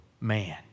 man